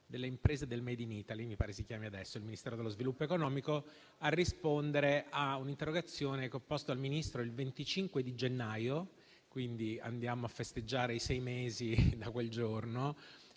delle imprese e del *made in Italy* (mi pare si chiami così adesso il Ministero dello sviluppo economico) a rispondere a un'interrogazione che ho posto al Ministro il 25 gennaio - quindi, andiamo a festeggiare i sei mesi da quel giorno